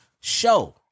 Show